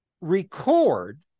record